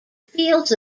fields